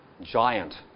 giant